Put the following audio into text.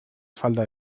falda